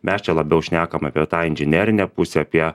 mes čia labiau šnekam apie jau tą inžinerinę pusę apie